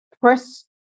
press